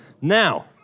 Now